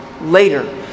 later